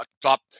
top